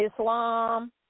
Islam